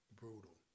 brutal